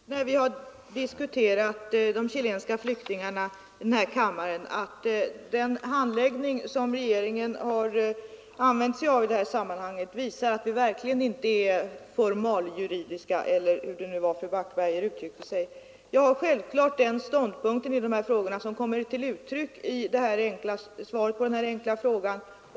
Herr talman! Jag har sagt förut, när vi har diskuterat de chilenska flyktingarna i den här kammaren, att regeringens handläggning visar att vi verkligen inte är formaljuridiska — eller hur det nu var fru Backberger uttryckte sig. Jag har självfallet den ståndpunkt i de här frågorna som kommer till uttryck i svaret på den enkla frågan.